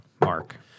Mark